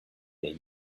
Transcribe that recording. they